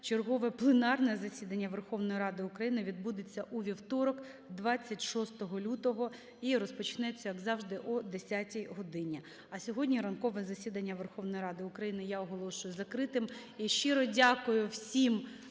Чергове пленарне засідання Верховної Ради України відбудеться у вівторок 26 лютого і розпочнеться, як завжди, о десятій годині. А сьогодні ранкове засідання Верховної Ради України я оголошую закритим. І щиро дякую всім